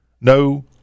No